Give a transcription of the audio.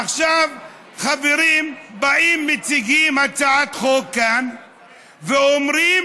עכשיו חברים באים ומציגים הצעת חוק כאן ואומרים